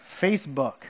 Facebook